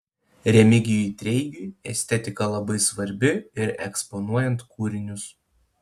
remigijui treigiui estetika labai svarbi ir eksponuojant kūrinius